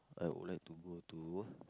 I would like to go to